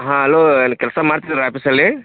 ಹಾಂ ಅಲೋ ಅಲ್ಲಿ ಕೆಲಸ ಮಾಡ್ತಿದೀರ ಆಫೀಸಲ್ಲಿ